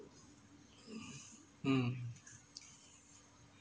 mm